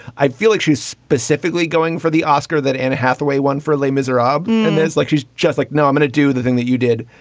i feel like she's specifically going for the oscar that anne hathaway won for lee miserable. and there's like she's just like, no, i'm going to do the thing that you did,